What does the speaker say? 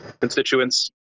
constituents